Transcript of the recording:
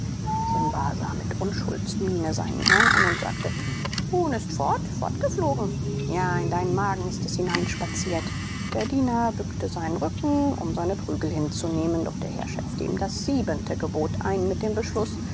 simba sah mit unschuldmiene seinen herrn an und sagte huhn ist fort fortgeflogen ja in deinen magen ist es hineinspaziert der diener bückte seinen rücken um seine prügel hinzunehmen doch der herr schärfte ihm das siebente gebot ein mit dem beschluß